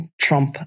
Trump